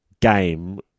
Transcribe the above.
game